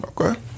Okay